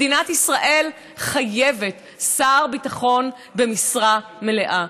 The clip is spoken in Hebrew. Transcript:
מדינת ישראל חייבת שר ביטחון במשרה מלאה.